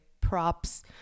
props